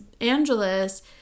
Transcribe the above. angeles